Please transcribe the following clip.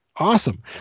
Awesome